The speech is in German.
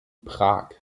prag